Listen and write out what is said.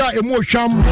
Emotion